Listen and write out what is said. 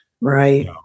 Right